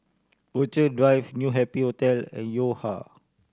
Rochalie Drive New Happy Hotel and Yo Ha